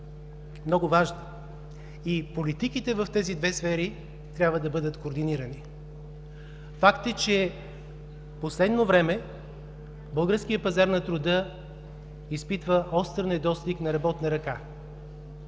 много важна, и политиките в тези две сфери трябва да бъдат координирани. Факт е, че в последно време българският пазар на труда изпитва остър недостиг на работна ръка.